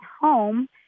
home